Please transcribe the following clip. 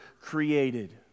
created